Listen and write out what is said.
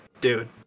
dude